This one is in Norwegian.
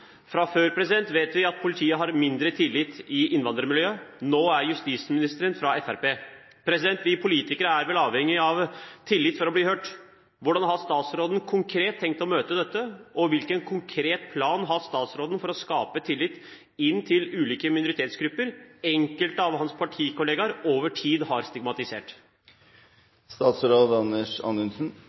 Fra før vet vi at politiet har mindre tillit i innvandrermiljøet – nå er justisministeren fra Fremskrittspartiet. Vi politikere er vel avhengig av tillit for å bli hørt. Hvordan har statsråden konkret tenkt å møte dette, og hvilken konkret plan har statsråden for å skape tillit inn til ulike minoritetsgrupper enkelte av hans partikolleger over tid har